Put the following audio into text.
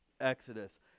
exodus